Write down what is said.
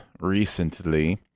recently